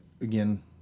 again